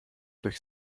durch